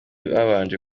babanje